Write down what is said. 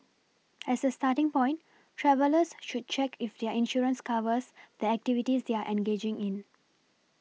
as a starting point travellers should check if their insurance covers the activities they are engaging in